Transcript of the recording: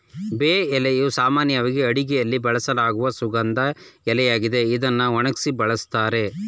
ಬೇ ಎಲೆಯು ಸಾಮಾನ್ಯವಾಗಿ ಅಡುಗೆಯಲ್ಲಿ ಬಳಸಲಾಗುವ ಸುಗಂಧ ಎಲೆಯಾಗಿದೆ ಇದ್ನ ಒಣಗ್ಸಿ ಬಳುಸ್ತಾರೆ